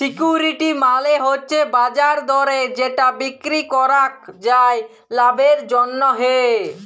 security মালে হচ্যে বাজার দরে যেটা বিক্রি করাক যায় লাভের জন্যহে